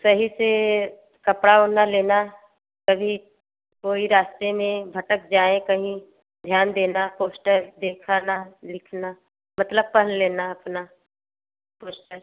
सही से कपड़ा ओढ़ना लेना कभी कोई रास्ते में भटक जाए कहीं ध्यान देना पोस्टर देखाना लिखना मतलब पढ़ लेना अपना पोस्टर